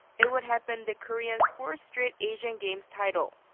it would have been the koreans' fourth straight asian games title.